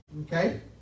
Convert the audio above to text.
Okay